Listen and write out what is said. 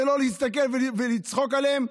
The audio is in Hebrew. זה לא להסתכל ולצחוק עליהם?